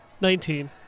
Nineteen